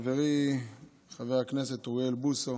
חברי חבר הכנסת אוריאל בוסו,